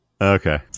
Okay